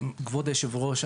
כבוד היושב-ראש,